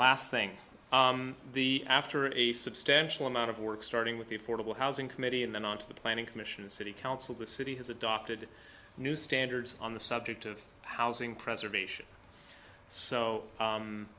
last thing the after a substantial amount of work starting with the affordable housing committee and then on to the planning commission the city council the city has adopted new standards on the subject of housing preservation so